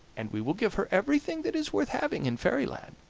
and we will give her everything that is worth having in fairy-land,